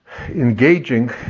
engaging